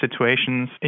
situations